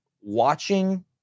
watching